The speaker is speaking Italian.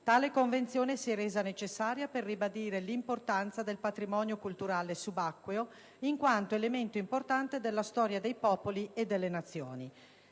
Tale Convenzione si è resa necessaria per ribadire l'importanza del patrimonio culturale subacqueo in quanto elemento importante della storia dei popoli e delle Nazioni.